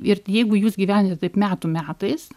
ir jeigu jūs gyvenate taip metų metais